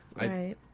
Right